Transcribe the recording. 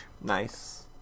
Nice